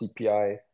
CPI